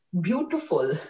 beautiful